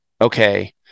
okay